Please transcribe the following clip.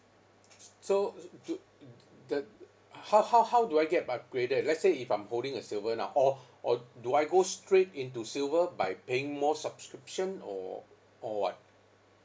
s~ so do do~ how how how do I get upgraded let's say if I'm holding a silver now or or do I go straight into silver by paying more subscription or or what